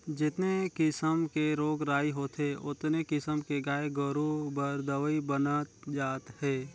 जेतने किसम के रोग राई होथे ओतने किसम के गाय गोरु बर दवई बनत जात हे